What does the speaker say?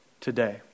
today